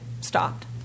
stopped